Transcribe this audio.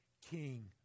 king